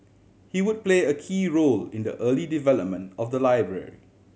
he would play a key role in the early development of the library